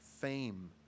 fame